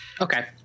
Okay